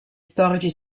storici